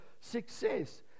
success